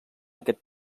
aquest